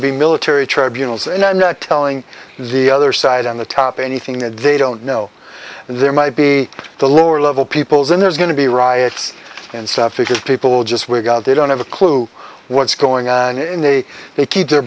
to be military tribunals and i'm not telling the other side on the top anything that they don't know and there might be the lower level people then there's going to be riots and stuff because people just we're got they don't have a clue what's going on in they they keep their